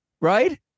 right